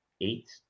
eight